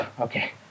Okay